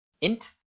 Int